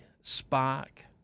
Spark